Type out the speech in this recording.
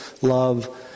love